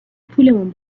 پولمون